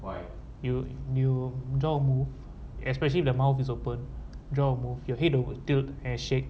why you you knew jammu especially if the mouth is open draw move your head over tilt and shake